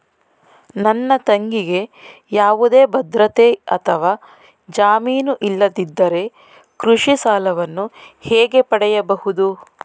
ನನ್ನ ತಂಗಿಗೆ ಯಾವುದೇ ಭದ್ರತೆ ಅಥವಾ ಜಾಮೀನು ಇಲ್ಲದಿದ್ದರೆ ಕೃಷಿ ಸಾಲವನ್ನು ಹೇಗೆ ಪಡೆಯಬಹುದು?